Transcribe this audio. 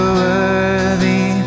worthy